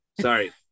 sorry